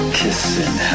kissing